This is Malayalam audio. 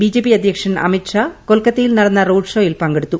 ബിജെപി അദ്ധ്യക്ഷൻ അമിത്ഷാ കൊൽക്കത്തയിൽ നടന്ന റോഡ്ഷോയിൽ പങ്കെടുത്തു